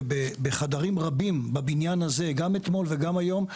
ובחדרים רבים בבניין הזה גם אתמול וגם היום,